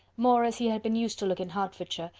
more as he had been used to look in hertfordshire,